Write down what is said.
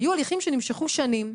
היו הליכים שנמשכו שנים.